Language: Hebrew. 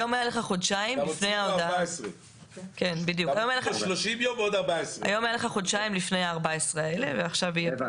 היום היה לך חודשיים לפני 14 הימים האלה ועכשיו יהיה פחות זמן.